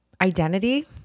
identity